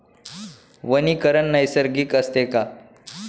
वनीकरण नैसर्गिक असते का?